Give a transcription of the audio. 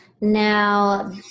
Now